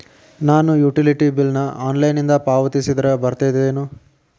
ನಾನು utility bill ನ ಆನ್ಲೈನಿಂದ ಪಾವತಿಸಿದ್ರ ಬರ್ತದೇನು?